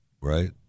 right